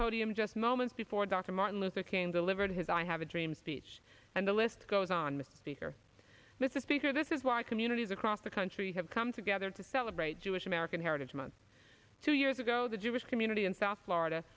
podium just moments before dr martin luther king delivered his i have a dream speech and the list goes on mr speaker mr speaker this is why communities across the country have come together to celebrate jewish american heritage month two years ago the jewish community in south florida